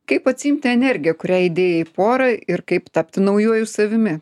kaip atsiimti energiją kurią idėjai į porą ir kaip tapti naujuoju savimi